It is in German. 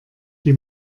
die